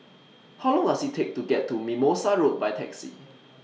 How Long Does IT Take to get to Mimosa Road By Taxi